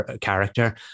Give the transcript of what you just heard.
character